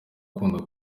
ukunda